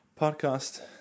podcast